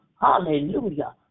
hallelujah